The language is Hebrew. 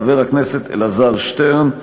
חבר הכנסת אלעזר שטרן,